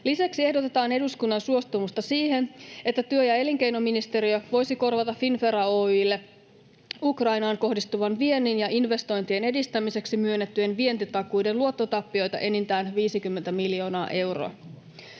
Lisäksi ehdotetaan eduskunnan suostumusta siihen, että työ- ja elinkeinoministeriö voisi korvata Finnvera Oyj:lle Ukrainaan kohdistuvan viennin ja investointien edistämiseksi myönnettyjen vientitakuiden luottotappioita enintään 50 miljoonaa euroa.